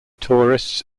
tourists